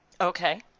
okay